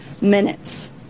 minutes